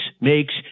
makes